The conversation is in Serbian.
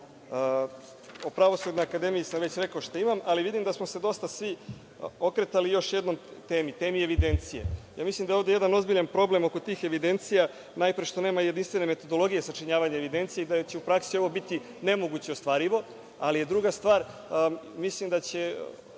Pravosudnoj akademiji sam već rekao šta imam, ali vidim da smo se dosta svi okretali još jednoj temi, temi evidencije. Mislim da je ovde jedan ozbiljan problem oko tih evidencija, najpre što nema jedinstvene metodologije sačinjavanja evidencije i da će u praksi ovo biti ne moguće ostvarivo, ali je druga stvar, mislim da će